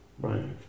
Right